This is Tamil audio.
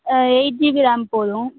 எயிட் ஜிபி ராம் போதும்